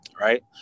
right